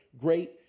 great